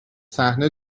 صحنه